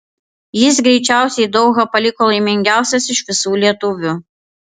jis greičiausiai dohą paliko laimingiausias iš visų lietuvių